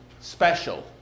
special